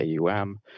AUM